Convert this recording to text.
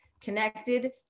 connected